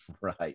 Right